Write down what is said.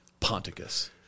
Ponticus